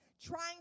trying